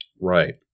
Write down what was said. Right